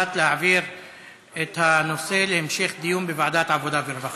הוחלט להעביר את הנושא להמשך דיון בוועדת העבודה והרווחה.